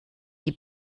die